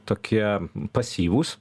tokie pasyvūs